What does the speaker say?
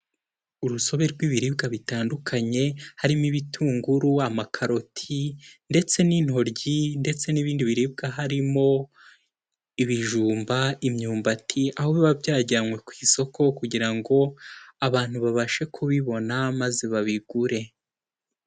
Urusobe rw'ibiribwa bitandukanye, harimo ibitunguru, amakaroti ndetse n'intoryi ndetse n'ibindi biribwa, harimo ibijumba, imyumbati, aho biba byajyanywe ku isoko kugira ngo abantu babashe kubibona maze babigure.